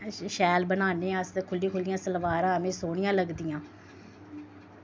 शैल बनान्ने अस ते खुल्लियां खुल्लियां सलवारां ऐह्में सोह्नियां लगदियां